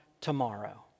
tomorrow